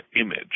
image